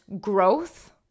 growth